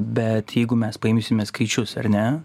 bet jeigu mes paimsime skaičius ar ne